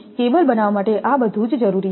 તેથી કેબલ બનાવવા માટે આ બધું જ જરૂરી છે